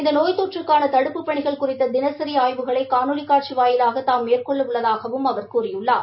இந்த நோய் தொற்றுக்கான தடுப்புப் பணிகள் குறித்த தினசரி ஆய்வுகளை காணொலி காட்சி வாயிலாக தாம் மேற்கொள்ள உள்ளதாகவும் அவர் கூறியுள்ளார்